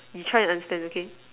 you try and understand okay